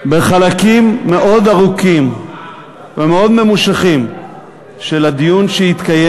בחלקים מאוד ארוכים ומאוד ממושכים של הדיון שהתקיים